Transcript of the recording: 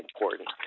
important